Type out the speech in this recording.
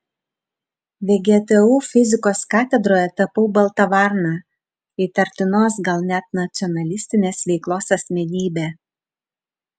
vgtu fizikos katedroje tapau balta varna įtartinos gal net nacionalistinės veiklos asmenybe